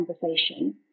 conversation